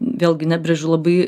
vėlgi nebrėžiu labai